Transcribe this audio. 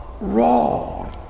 wrong